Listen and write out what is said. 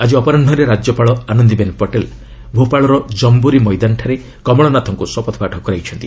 ଆଜି ଅପରାହୁରେ ରାଜ୍ୟପାଳ ଆନନ୍ଦିବେନ୍ ପଟେଲ୍ ଭୋପାଳର କ୍ରମ୍ଭରୀ ମଇଦାନଠାରେ କମଳନାଥଙ୍କୁ ଶପଥପାଠ କରାଇଛନ୍ତି